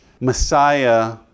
Messiah